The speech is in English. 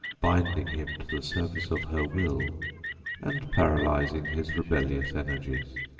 binding him to the service of her will and paralyzing his rebellious energies.